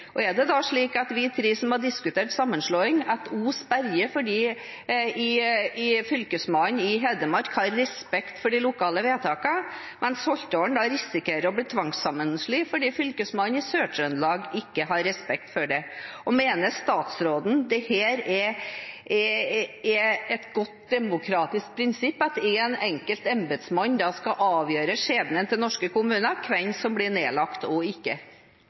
Er det da slik at når det gjelder de tre som har diskutert sammenslåing, berges Os fordi Fylkesmannen i Hedmark har respekt for de lokale vedtakene, mens Holtålen risikerer å bli tvangssammenslått fordi Fylkesmannen i Sør-Trøndelag ikke har respekt for det? Mener statsråden det er et godt demokratisk prinsipp at en enkelt embetsmann skal avgjøre skjebnen til norske kommuner og hvilke som blir nedlagt og ikke?